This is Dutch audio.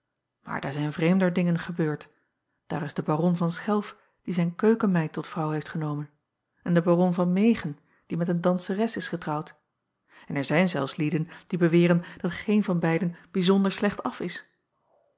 aar daar zijn vreemder dingen gebeurd daar is de aron van chelf die zijn keukenmeid tot vrouw heeft genomen en de aron van egen die met een danseres is getrouwd en er zijn zelfs lieden die beweren dat geen van beiden bijzonder slecht af is